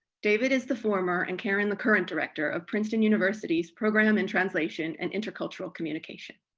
david is the former and karen the current director of princeton university's program in translation and intercultural communication.